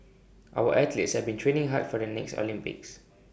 our athletes have been training hard for the next Olympics